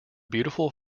beautiful